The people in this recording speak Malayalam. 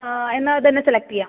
ആ എന്നാൽ ഇതുതന്നെ സെലക്ട് ചെയ്യാം